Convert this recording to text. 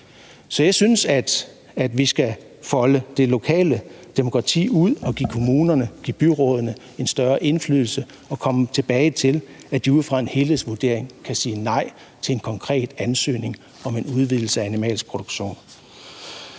Så jeg synes, at vi skal folde det lokale demokrati ud og give kommunerne, give byrådene en større indflydelse og komme tilbage til, at de ud fra en helhedsvurdering kan sige nej til en konkret ansøgning om en udvidelse af animalsk produktion.